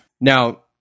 Now